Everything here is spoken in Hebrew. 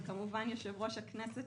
וכמובן יושב-ראש הכנסת,